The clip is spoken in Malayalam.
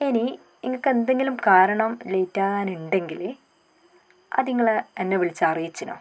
ഇനി ഇങ്ങക്ക് എന്തെങ്കിലും കാരണം ലേറ്റ് ആകാൻ ഉണ്ടെങ്കിൽ അത് ഇങ്ങള് എന്നെ വിളിച്ച് അറിയിച്ചിനോ